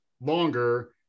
longer